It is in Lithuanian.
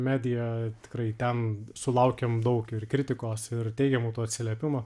medija tikrai ten sulaukiam daug ir kritikos ir teigiamų tų atsiliepimų